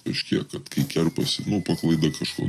kažkiek ar tai kerpasi paklaida kažkur